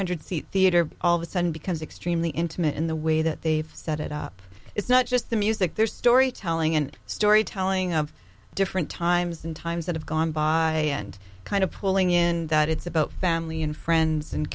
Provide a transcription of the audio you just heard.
hundred seat theater all of a sudden because extremely intimate in the way that they've set it up it's not just the music there's storytelling and storytelling of different times and times that have gone by and kind of pulling in that it's about family and friends and